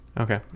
Okay